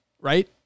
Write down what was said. right